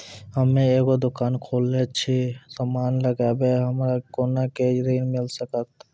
हम्मे एगो दुकान खोलने छी और समान लगैबै हमरा कोना के ऋण मिल सकत?